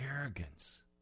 arrogance